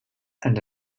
and